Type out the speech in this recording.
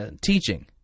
teaching